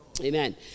Amen